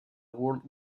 world